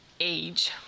age